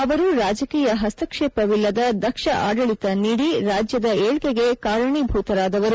ಅವರು ರಾಜಕೀಯ ಹಸ್ತಕ್ಷೇಪವಿಲ್ಲದ ದಕ್ಷ ಆಡಳಿತ ನೀಡಿ ರಾಜ್ಯದ ಏಳ್ಗೆಗೆ ಕಾರಣೀಭೂತರಾದವರು